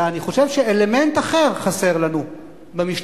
אלא אני חושב שאלמנט אחר חסר לנו במשטרה,